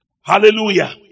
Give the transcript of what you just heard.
Hallelujah